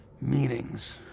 meetings